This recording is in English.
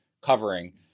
covering